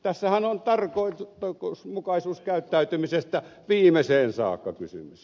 tässähän on tarkoituksenmukaisuuskäyttäytymisestä viimeiseen saakka kysymys